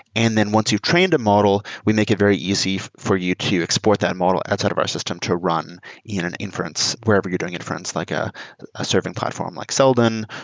and then once you've trained a model, we make it very easy for you to export that model outside of our system to run in an inference wherever you're doing inference, like ah a serving platform like seldon,